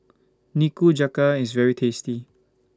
Nikujaga IS very tasty